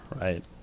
right